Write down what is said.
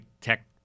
tech